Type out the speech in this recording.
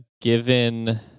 given